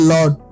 Lord